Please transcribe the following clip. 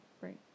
Right